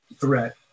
threat